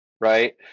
Right